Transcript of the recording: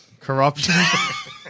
corruption